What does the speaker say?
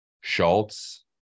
Schultz